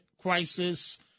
crisis